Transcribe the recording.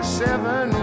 seven